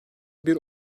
bir